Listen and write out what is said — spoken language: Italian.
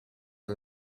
del